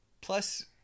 plus